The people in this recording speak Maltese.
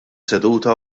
seduta